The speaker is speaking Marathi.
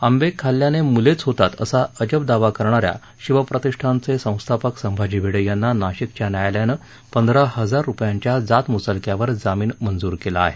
आंबे खाल्याने मुलेच होतात असा अजब दावा करणाऱ्या शिव प्रतिष्ठानचे संस्थापक संभाजी भिडे यांना नाशिकच्या न्यायालयानं पंधरा हजर रुपयांच्या जात मुचलक्यावर जामीन मंजूर केला आहे